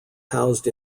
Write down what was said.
housed